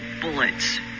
bullets